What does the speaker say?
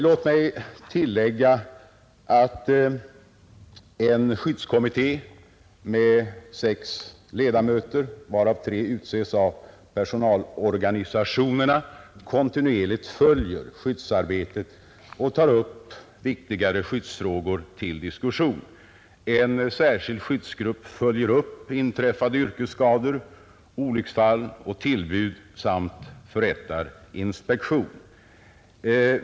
Låt mig tillägga att en skyddskommitté med sex ledamöter, varav tre utses av personalorganisationerna, kontinuerligt följer skyddsarbetet och tar upp viktigare skyddsfrågor till diskussion. En särskild skyddsgrupp följer upp inträffade yrkesskador, olycksfall och tillbud samt förrättar inspektion.